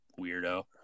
weirdo